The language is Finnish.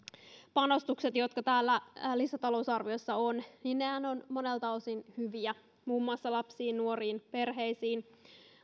panostukset joita täällä lisätalousarviossa on ovat monelta osin hyviä muun muassa lapsiin nuoriin perheisiin